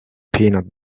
peanut